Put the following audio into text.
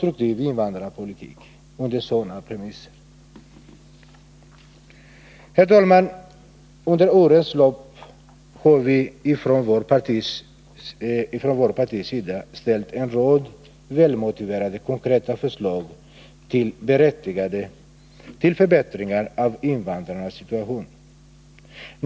Under årens lopp har vi från vårt partis sida i motioner ställt en rad välmotiverade konkreta förslag till förbättringar av invandrarnas situation.